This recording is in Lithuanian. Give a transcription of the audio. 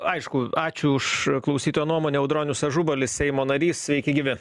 aišku ačiū už klausytojo nuomonę audronius ažubalis seimo narys sveiki gyvi